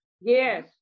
Yes